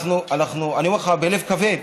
אני אומר לך בלב כבד,